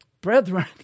brethren